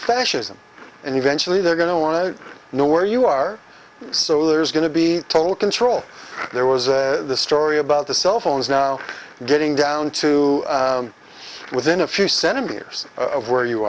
fascism and eventually they're going to want to know where you are so there's going to be told control there was the story about the cell phones now getting down to within a few centimeters of where you